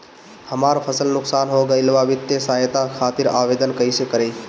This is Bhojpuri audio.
हमार फसल नुकसान हो गईल बा वित्तिय सहायता खातिर आवेदन कइसे करी?